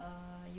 err you